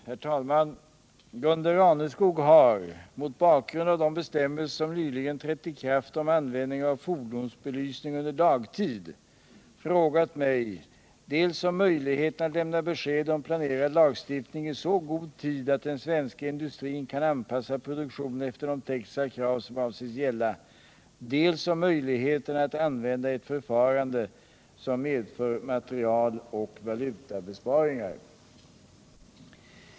Herr talman! Gunde Raneskog har — mot bakgrund av de bestämmelser som nyligen har trätt i kraft om användning av fordonsbelysning under dagtid — frågat mig dels om möjligheterna att lämna besked om planerad lagstiftning i så god tid att den svenska industrin kan anpassa produktionen efter de tekniska krav som avses gälla, dels om möjligheterna att använda ett förfarande som medför materialoch valutabesparingar.